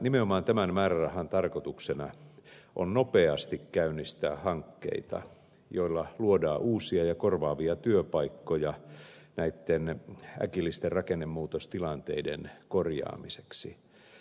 nimenomaan tämän määrärahan tarkoituksena on nopeasti käynnistää hankkeita joilla luodaan uusia ja korvaavia työpaikkoja näitten äkillisten rakennemuutostilanteiden korjaamiseksi